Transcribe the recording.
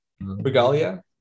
regalia